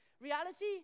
Reality